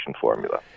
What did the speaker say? formula